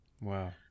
Wow